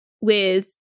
with-